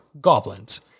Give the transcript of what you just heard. Goblins